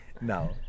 No